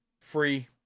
free